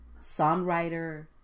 songwriter